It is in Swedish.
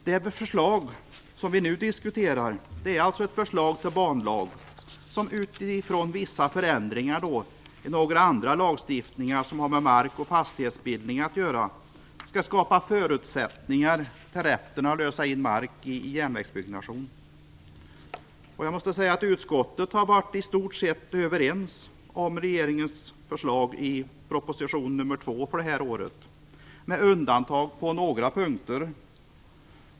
Det förslag som vi nu diskuterar är ett förslag till banlag som utifrån vissa förändringar i några andra lagstiftningar som har med mark och fastighetsbildning att göra skall skapa förutsättningar för rätten att lösa in mark till järnvägsbyggnation. Utskottet har i stort sett varit överens om regeringens förslag i proposition nr 2 för det här året med undantag för några punkter.